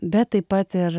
bet taip pat ir